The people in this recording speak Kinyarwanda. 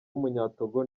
w’umunyatogo